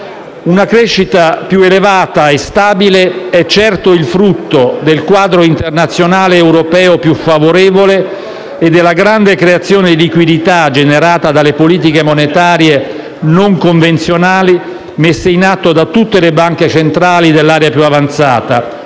Una crescita più elevata e stabile è, certo, il frutto del quadro internazionale e europeo più favorevole e della grande creazione di liquidità generata dalle politiche monetarie non convenzionali messe in atto da tutte le banche centrali dell'area più avanzata